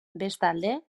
bestalde